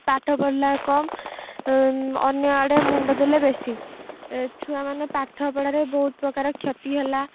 ପାଠ ପଢ଼ିଲା କମ୍ ଅନ୍ୟ ଆଡ଼େ ମୁଣ୍ଡ ଦେଲେ ବେଶୀ ଛୁଆମାନେ ପାଠପଢ଼ାରେ ବହୁତ ପ୍ରକାର କ୍ଷତି ହେଲା